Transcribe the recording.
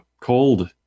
cold